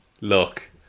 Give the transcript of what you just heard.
look